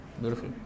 Beautiful